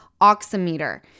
oximeter